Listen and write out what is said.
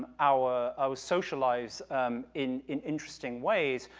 our social lives in in interesting ways,